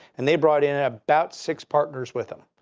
and they brought in ah about six partners with them.